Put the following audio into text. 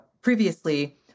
previously